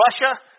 Russia